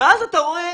אז אתה רואה